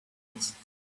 accident